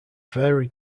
vary